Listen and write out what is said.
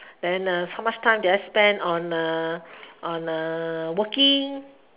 then how much time did I spend on on working